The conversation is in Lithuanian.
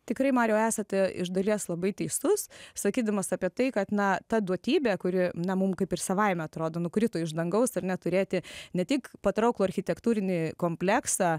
tikrai mariau esate iš dalies labai teisus sakydamas apie tai kad na ta duotybė kuri na mum kaip ir savaime atrodo nukrito iš dangaus ar ne turėti ne tik patrauklų architektūrinį kompleksą